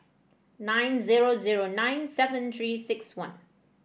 nine zero zero nine seven Three six one